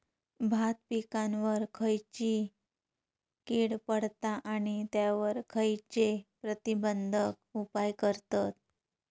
भात पिकांवर खैयची कीड पडता आणि त्यावर खैयचे प्रतिबंधक उपाय करतत?